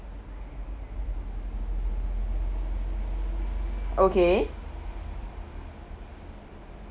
okay